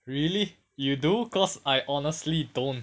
really you do cause I honestly don't